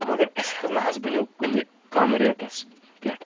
مَگَر اَسِہ حظ نہَ حظ بَنیٚو کُنہِ کَم ریٹَس پٮ۪ٹھ